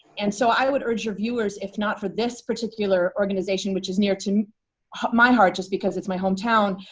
and so i would urge your viewers, if not for this particular organization, which is near to my heart just because it is my hometown,